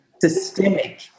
systemic